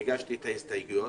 והגשתי את ההסתייגויות,